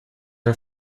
her